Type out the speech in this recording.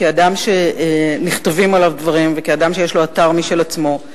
כאדם שנכתבים עליו דברים וכמי שיש לה אתר משל עצמה,